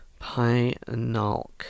Pinalk